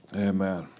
amen